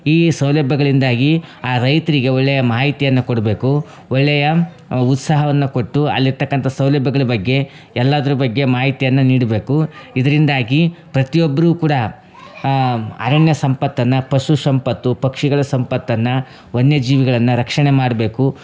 ಈ ಸೌಲಭ್ಯಗಳಿಂದಾಗಿ ಆ ರೈತರಿಗೆ ಒಳ್ಳೆಯ ಮಾಹಿತಿಯನ್ನು ಕೊಡ್ಬೇಕು ಒಳ್ಳೆಯ ಉತ್ಸಾಹವನ್ನ ಕೊಟ್ಟು ಅಲ್ಲಿರ್ತಕ್ಕಂಥ ಸೌಲಭ್ಯಗಳ ಬಗ್ಗೆ ಎಲ್ಲದ್ರ ಬಗ್ಗೆ ಮಾಹಿತಿಯನ್ನ ನೀಡ್ಬೇಕು ಇದ್ರಿಂದಾಗಿ ಪ್ರತಿಯೊಬ್ಬರು ಕೂಡ ಅರಣ್ಯ ಸಂಪತ್ತನ್ನು ಪಶು ಸಂಪತ್ತು ಪಕ್ಷಿಗಳ ಸಂಪತ್ತನ್ನು ವನ್ಯಜೀವಿಗಳನ್ನು ರಕ್ಷಣೆ ಮಾಡ್ಬೇಕು